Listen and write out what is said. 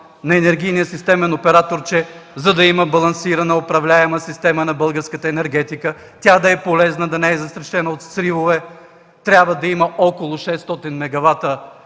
на енергийния системен оператор, за да има балансирана управляема система на българската енергетика, тя да е полезна, да не е застрашена от сривове, трябва да има около 600 мегавата